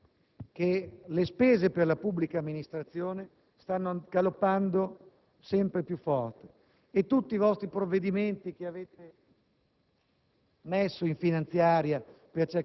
Vi è un'evidenza in questo Paese: le spese per la pubblica amministrazione stanno galoppando sempre più forte e tutti i provvedimenti che avete